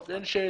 על זה אין שאלה.